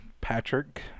Patrick